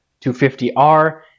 250R